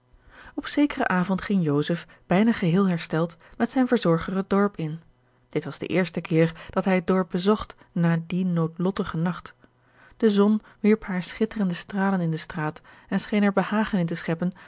op zekeren avond ging joseph bijna geheel hersteld met zijn verzorger het dorp in dit was de eerste keer dat hij het dorp bezocht na dien noodlottigen nacht de zon wierp hare schitterende stralen in de straat en scheen er behagen in te scheppen